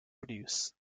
produced